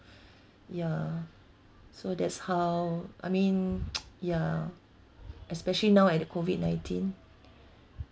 ya so that's how I mean ya especially now at the COVID nineteen